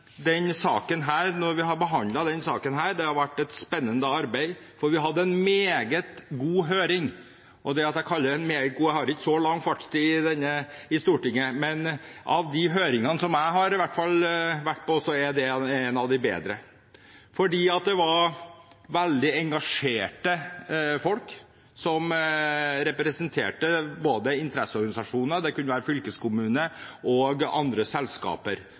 den ivaretatt. Det er derfor flertallet i komiteen vil at forslaget avvises. Så må jeg si at det har vært et spennende arbeid å behandle denne saken, for vi hadde en meget god høring. Jeg har ikke så lang fartstid i Stortinget, men jeg kaller den meget god, for av de høringene som jeg har vært på, er det en av de bedre. For det var veldig engasjerte folk, som representerte interesseorganisasjoner, det være seg fylkeskommune eller andre selskaper,